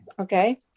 Okay